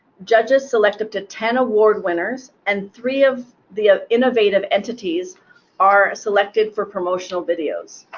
judges select up to ten award winners and three of the innovative entities are selected for promotional videos.